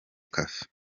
cafe